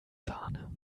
sahne